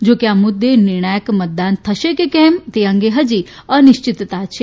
જો કે આ મુદ્દે નિર્ણાયક મતદાન થશે કે કેમ તે અંગે હજી અનિશ્ચિતતા છે